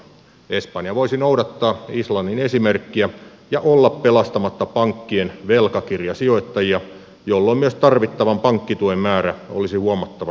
espanja voisi noudattaa islannin esimerkkiä ja olla pelastamatta pankkien velkakirjasijoittajia jolloin myös tarvittavan pankkituen määrä olisi huomattavasti pienempi